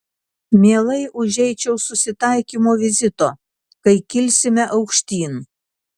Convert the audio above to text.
mielai užeičiau susitaikymo vizito kai kilsime aukštyn